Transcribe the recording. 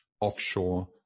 offshore